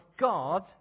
God